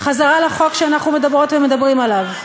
חזרה לחוק שאנחנו מדברות ומדברים עליו,